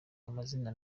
amazina